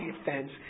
offense